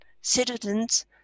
citizens